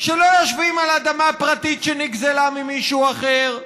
שלא יושבים על אדמה פרטית שנגזלה ממישהו אחר,